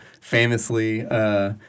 famously –